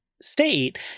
State